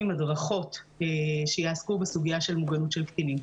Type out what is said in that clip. הדרכות שיעסקו בסוגיה של מוגנות של קטינים.